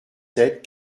sept